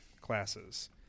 classes